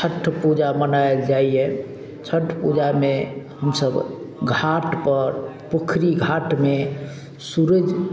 छठ पूजा मनायल जाइए छठ पूजामे हमसब घाटपर पोखरी घाटमे सूरज